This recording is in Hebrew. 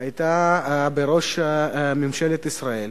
עמדה בראשות ממשלת ישראל.